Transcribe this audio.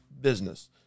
business